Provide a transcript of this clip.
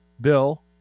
bill